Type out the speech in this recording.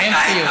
אין חיוך.